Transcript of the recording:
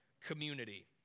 community